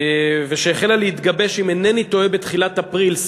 ושהחלה להתגבש אם אינני טועה בתחילת אפריל,